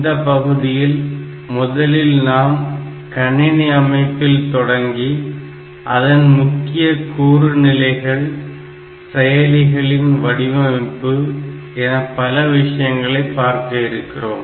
இந்தப் பகுதியில் முதலில் நாம் கணினி அமைப்பில் தொடங்கி அதன் முக்கிய கூறு நிலைகள் செயலிகளின் வடிவமைப்பு என பல விஷயங்களை பார்க்க இருக்கிறோம்